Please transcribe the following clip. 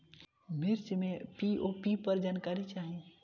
मिर्च मे पी.ओ.पी पर जानकारी चाही?